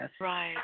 Right